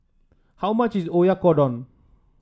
how much is Oyakodon